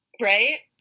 right